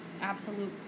absolute